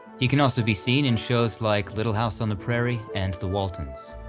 he can also be seen in shows like little house on the prairie, and the waltons.